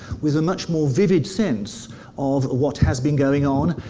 with a much more vivid sense of what has been going on,